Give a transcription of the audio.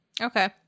Okay